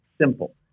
simple